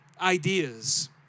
ideas